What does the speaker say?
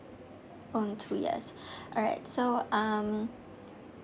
um two years alright so um